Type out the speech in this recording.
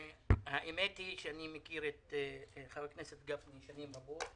האמת היא שאני מכיר את חבר הכנסת גפני שנים רבות,